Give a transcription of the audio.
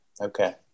Okay